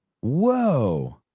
Whoa